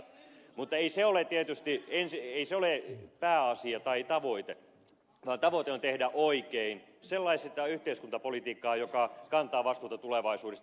mutta ei se ole tietysti pääasia tai tavoite vaan tavoite on tehdä oikein sellaista yhteiskuntapolitiikkaa joka kantaa vastuuta tulevaisuudesta